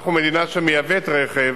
אנחנו מדינה שמייבאת רכב,